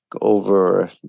over